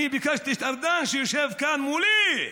אני ביקשתי שארדן, שיושב כאן מולי,